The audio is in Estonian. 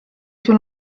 sul